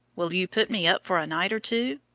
will you put me up for a night or two?